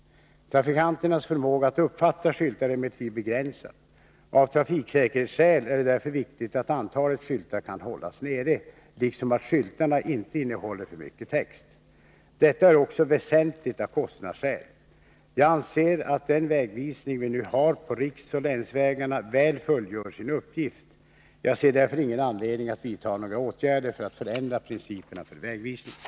Trafikanternas förmåga att uppfatta skyltar är emellertid begränsad. Av trafiksäkerhetsskäl är det därför viktigt att antalet skyltar kan hållas nere, liksom att skyltarna inte innehåller för mycket text. Detta är också väsentligt av kostnadsskäl. Jag anser att den vägvisning vi nu har vid riksoch länsvägarna väl fullgör sin uppgift. Jag ser därför ingen anledning att vidta några åtgärder för att förändra principerna för vägvisningen.